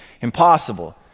impossible